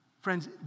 Friends